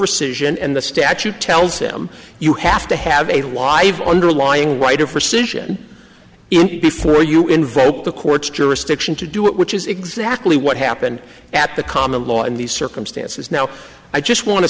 rescission and the statute tells him you have to have a live underlying writer for cision before you invoke the court's jurisdiction to do it which is exactly what happened at the common law in these circumstances now i just want to